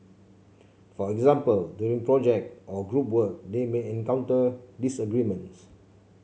for example during project or group work they may encounter disagreements